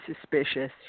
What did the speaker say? suspicious